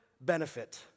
benefit